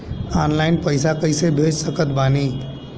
Online पैसा कैसे भेज सकत बानी?